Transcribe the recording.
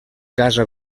casa